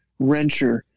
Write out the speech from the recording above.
wrencher